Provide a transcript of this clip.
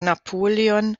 napoleon